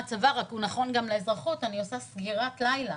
הצבא רק הוא נכון גם לאזרחות: אני עושה סגירת לילה.